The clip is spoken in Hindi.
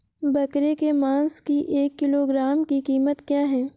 बकरे के मांस की एक किलोग्राम की कीमत क्या है?